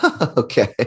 Okay